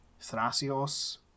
Thrasios